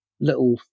little